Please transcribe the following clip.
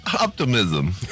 Optimism